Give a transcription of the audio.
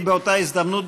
באותה הזדמנות,